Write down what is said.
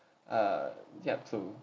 uh ya so